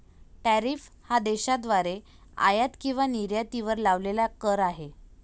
tariff हा देशाद्वारे आयात किंवा निर्यातीवर लावलेला कर आहे